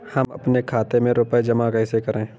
हम अपने खाते में रुपए जमा कैसे करें?